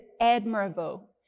admirable